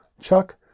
Chuck